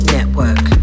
Network